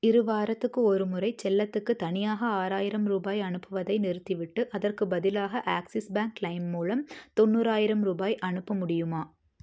இரு வாரத்துக்கு ஒருமுறை செல்லத்துக்கு தனியாக ஆறாயிரம் ரூபாய் அனுப்புவதை நிறுத்திவிட்டு அதற்கு பதிலாக ஆக்ஸிஸ் பேங்க் க்ளைம் மூலம் தொண்ணூறாயிரம் ரூபாய் அனுப்ப முடியுமா